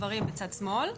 גברים בצד שמאל,